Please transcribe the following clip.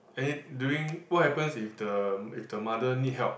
any during what happens if the if the mother need help